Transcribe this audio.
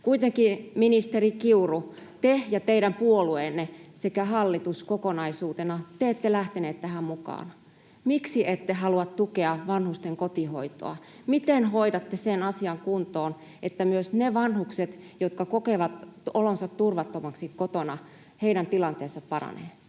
Kuitenkaan, ministeri Kiuru, te ja teidän puolueenne sekä hallitus kokonaisuutena ette lähteneet tähän mukaan. Miksi ette halua tukea vanhusten kotihoitoa? Miten hoidatte sen asian kuntoon, että myös niiden vanhusten, jotka kokevat olonsa turvattomaksi kotona, tilanne paranee?